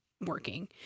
working